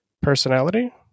personality